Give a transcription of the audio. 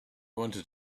wanted